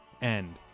end